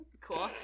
cool